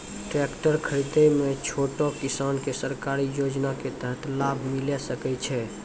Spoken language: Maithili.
टेकटर खरीदै मे छोटो किसान के सरकारी योजना के तहत लाभ मिलै सकै छै?